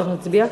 צריך להצביע?